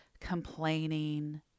complaining